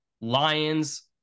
Lions